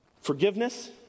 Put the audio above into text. Forgiveness